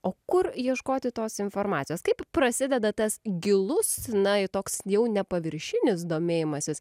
o kur ieškoti tos informacijos kaip prasideda tas gilus na toks jau nepaviršinis domėjimasis